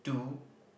to